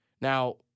Now